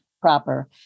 proper